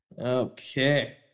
Okay